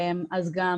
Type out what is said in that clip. אז גם